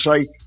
say